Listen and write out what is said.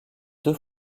deux